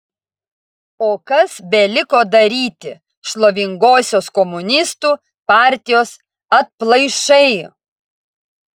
o kas beliko daryti šlovingosios komunistų partijos atplaišai